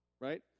right